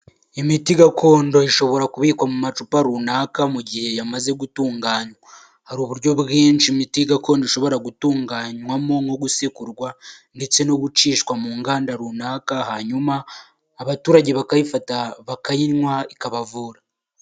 Imiti gakondo ishobora kubikwa mu macupa runaka mu gihe yamaze gutunganywa hari uburyo bwinshi imiti gakondo ishobora gutunganywamo no gusekurwa, ndetse no gucishwa mu nganda runaka hanyuma abaturage bakayifata bakayinywa ikabavura.